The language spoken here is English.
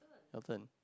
your turn